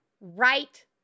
right